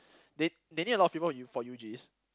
they they need a lot of people U for U_Gs